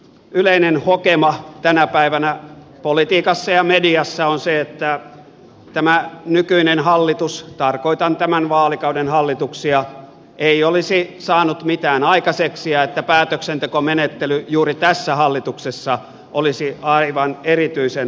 yleinen hokema tänä päivänä politiikassa ja mediassa on se että tämä nykyinen hallitus tarkoitan tämän vaalikauden hallituksia ei olisi saanut mitään aikaiseksi ja että päätöksentekomenettely juuri tässä hallituksessa olisi aivan erityisen ongelmallista